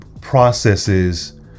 processes